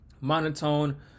monotone